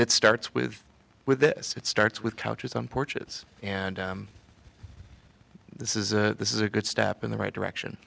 it starts with with this it starts with couches on porches and this is this is a good step in the right direction